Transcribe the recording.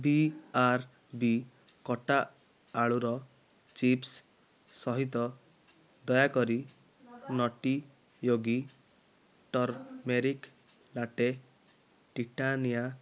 ବିଆର୍ବି କଟା ଆଳୁର ଚିପ୍ସ୍ ସହିତ ଦୟାକରି ନଟିୟୋଗି ଟର୍ମେରିକ୍ ଲାଟେ ଟିଟାନିଆ